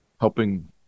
helping